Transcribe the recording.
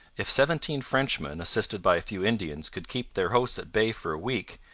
if seventeen frenchmen assisted by a few indians, could keep their hosts at bay for a week,